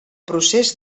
procés